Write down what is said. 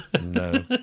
No